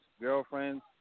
girlfriends